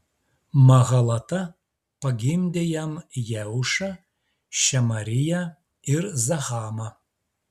mahalata pagimdė jam jeušą šemariją ir zahamą